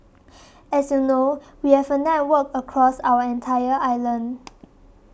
as you know we have a network of across our entire island